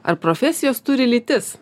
ar profesijos turi lytis